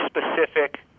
specific